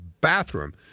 bathroom